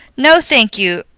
no, thank you,